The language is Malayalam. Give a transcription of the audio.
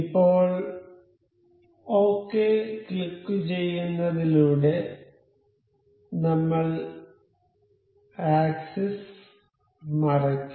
ഇപ്പോൾ ഒകെ ക്ലിക്കുചെയ്യുന്നതിലൂടെ നമ്മൾ ആക്സിസ് മറയ്ക്കും